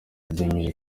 biyemeje